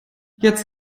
jetzt